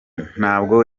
ntabwo